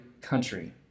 country